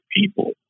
people